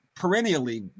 perennially